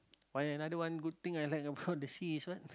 but another one good thing I like about the sea is what